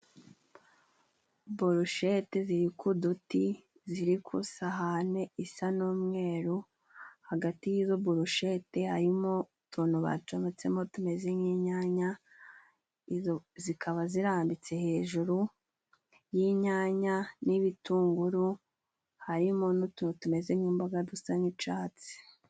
Boroshete ziri ku duti, ziri ku sahane isa n'umweru. Hagati y'izo boroshete, harimo utuntu bacometsemo tumeze nk'inyanya, izo zikaba zirambitse hejuru y'inyanya n'ibitunguru, harimo n'utuntu tumeze nk'imboga dusa n'icatsi.